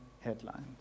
headlines